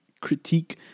critique